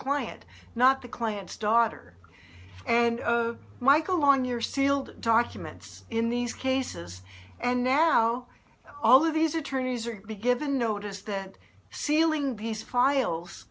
quiet not the client's daughter and michael on your sealed documents in these cases and now all of these attorneys are given notice that sealing these files